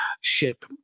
ship